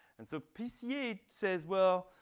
and so pca says, well,